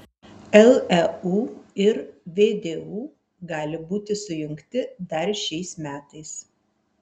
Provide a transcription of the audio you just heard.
leu ir vdu gali būti sujungti dar šiais metais